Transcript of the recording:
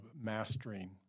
mastering